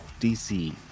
DC